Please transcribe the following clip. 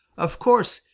of course,